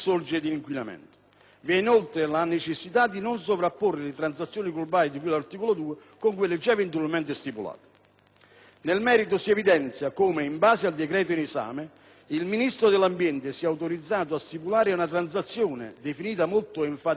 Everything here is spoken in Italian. Vi è inoltre la necessità di non sovrapporre le transazioni globali di cui all'articolo 2 con quelle già eventualmente stipulate. Nel merito, si evidenzia come, in base al decreto in esame, il Ministro dell'Ambiente sia autorizzato a stipulare una transazione, definita molto enfaticamente "globale",